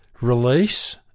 release